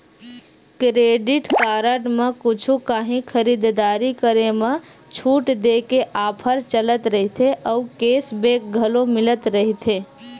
credit card म कुछु काही खरीददारी करे म छूट देय के ऑफर चलत रहिथे अउ केस बेंक घलो मिलत रहिथे